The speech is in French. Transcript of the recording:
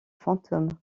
fantôme